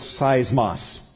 seismos